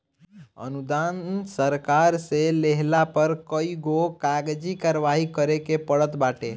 अनुदान सरकार से लेहला पे कईगो कागजी कारवाही करे के पड़त बाटे